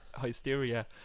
hysteria